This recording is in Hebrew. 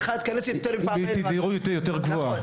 בתדירות יותר גבוהה.